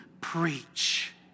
preach